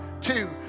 two